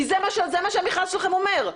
כי זה מה שהמכרז שלהם אומר.